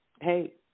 Hey